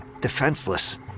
defenseless